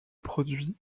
produit